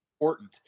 important